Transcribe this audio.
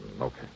okay